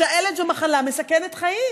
שעלת זו מחלה מסכנת חיים,